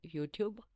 YouTube